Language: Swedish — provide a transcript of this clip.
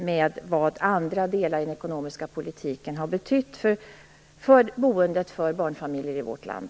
Vad har andra delar i den ekonomiska politiken betytt för boendet för barnfamiljer i vårt land?